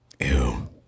Ew